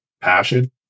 passion